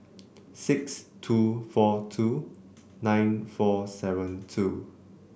six two four two nine four seven two